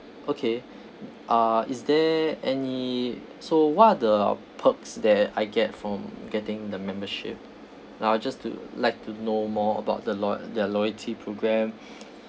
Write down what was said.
okay uh is there any so what are the perks that I get from getting the membership now I just to like to know more about the lo~ their loyalty program